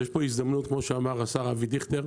יש פה הזדמנות, כמו שאמר השר אבי דיכטר,